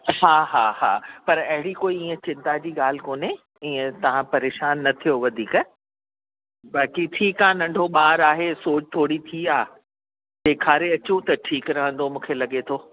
हा हा हा पर अहिड़ी कोई ईअं चिंता जी ॻाल्हि कोन्हे ईअं तव्हां परेशान न थियो वधीक बाक़ी ठीकु आहे नंढो ॿार आहे सोॼ थोरी थी आहे ॾेखारे अचो त ठीकु रहंदो मूंखे लॻे थो